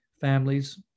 families